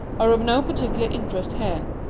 are of no particular interest here.